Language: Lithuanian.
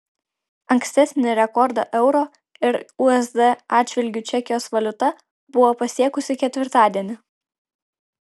ankstesnį rekordą euro ir usd atžvilgiu čekijos valiuta buvo pasiekusi ketvirtadienį